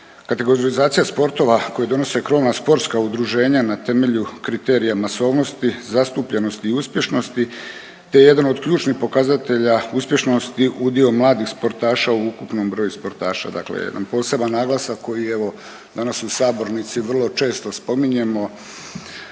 Kategorizacija sportova koja donose krovna sportska udruženja na temelju kriterija masovnosti, zastupljenosti i uspješnosti te je jedan od ključnih pokazatelja uspješnosti udio mladih sportaša u ukupnom broju sportaša. Dakle, jedan poseban naglasak koji evo danas u sabornici vrlo često spominjemo